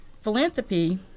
philanthropy